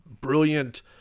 brilliant